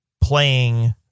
playing